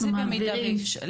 מה זה "במידה ואפשר"?